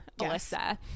Alyssa